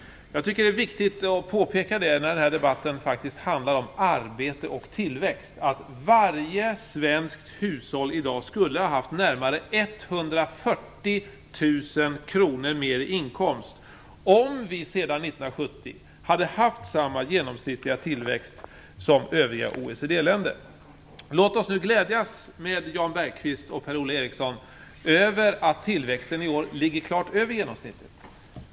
Jag tycker att det är viktigt att påpeka, eftersom den här debatten faktiskt handlar om arbete och tillväxt, att varje svenskt hushåll i dag skulle ha haft närmare 140 000 kr mer i inkomst om vi sedan 1970 hade haft samma genomsnittliga tillväxt som övriga Låt oss nu glädjas med Jan Bergqvist och Per-Ola Eriksson över att tillväxten i år ligger klart över genomsnittet.